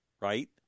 right